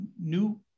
new